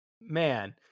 man